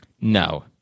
No